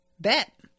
Bet